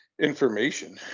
information